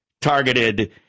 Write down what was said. targeted